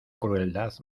crueldad